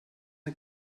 ein